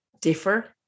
differ